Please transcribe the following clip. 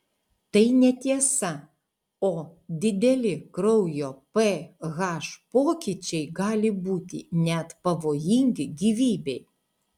tai netiesa o dideli kraujo ph pokyčiai gali būti net pavojingi gyvybei